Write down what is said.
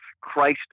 Christ